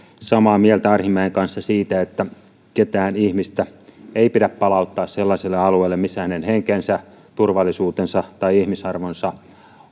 samaa mieltä arhinmäen kanssa siitä että ketään ihmistä ei pidä palauttaa sellaiselle alueelle missä hänen henkensä turvallisuutensa tai ihmisarvonsa